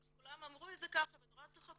כולם אמרו את זה ככה וצחקו,